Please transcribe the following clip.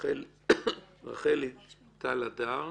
רחלי טל-הדר,